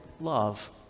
love